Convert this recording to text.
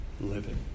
living